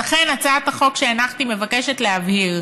ולכן, הצעת החוק שהנחתי מבקשת להבהיר